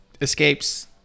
escapes